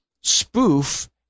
spoof